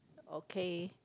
okay